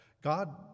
God